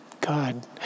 God